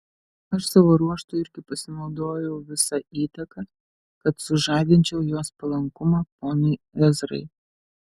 aš savo ruožtu irgi pasinaudojau visa įtaka kad sužadinčiau jos palankumą ponui ezrai